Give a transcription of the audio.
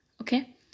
Okay